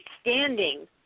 standing